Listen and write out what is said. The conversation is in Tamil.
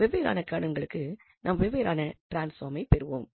வெவ்வேறான கெர்னல்களுக்கு நாம் வெவ்வேறான டிரான்ஸ்பாமைப் பெறுகிறோம்